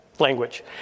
language